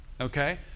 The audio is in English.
Okay